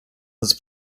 his